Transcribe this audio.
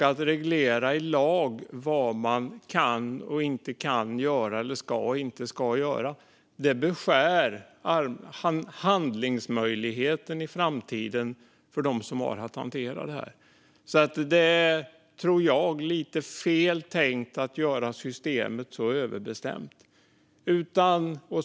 Att reglera i lag vad man kan och inte kan göra eller ska och inte ska göra beskär handlingsmöjligheten i framtiden för dem som har att hantera detta. Jag tror att det är lite feltänkt att göra systemet så överbestämt.